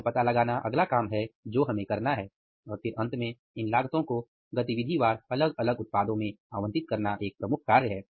यह पता लगाना अगला काम है जो हमें करना है और फिर अंत में इन लागतो को गतिविधिवार अलग अलग उत्पादों में आवंटित करना एक प्रमुख कार्य है